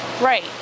Right